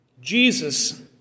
Jesus